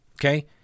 Okay